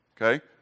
Okay